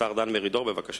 השר דן מרידור, בבקשה.